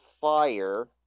fire